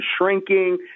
shrinking